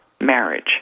marriage